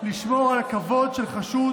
לשמור על הכבוד של חשוד